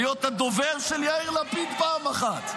להיות הדובר של יאיר לפיד פעם אחת.